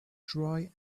dry